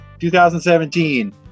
2017